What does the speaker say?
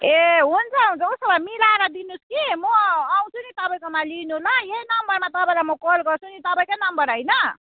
ए हुन्छ हुन्छ उसो भए मिलाएर दिनुहोस् कि म आउँछु नि तपाईँकोमा लिनु ल यही नम्बरमा म तपाईँलाई कल गर्छु नि तपाईँकै नम्बर होइन